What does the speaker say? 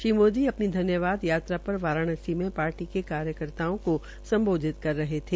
श्री मोदी ने अपनी धन्यवाद यात्रा पर वाराणसी में पार्टी के कार्यकर्ताओं का सम्बोधित कर रहे थे